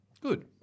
Good